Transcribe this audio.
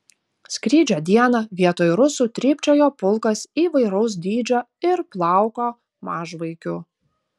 skrydžio dieną vietoj rusų trypčiojo pulkas įvairaus dydžio ir plauko mažvaikių